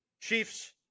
Chiefs